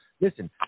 listen